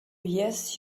yes